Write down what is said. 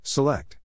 Select